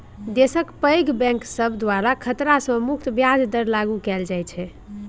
देशक पैघ बैंक सब द्वारा खतरा सँ मुक्त ब्याज दर लागु कएल जाइत छै